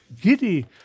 Giddy